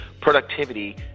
productivity